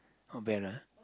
not bad ah